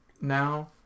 now